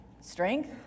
Strength